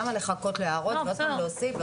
למה לחכות להערות ועוד פעם להוסיף?